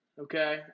okay